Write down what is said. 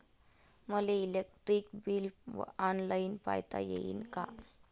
मले electric bill online पायता येईन का?